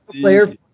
player